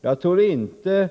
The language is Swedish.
Jag tror inte